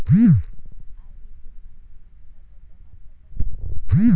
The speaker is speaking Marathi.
आर.डी ची माहिती मिळेल का, त्याचा लाभ कसा घेता येईल?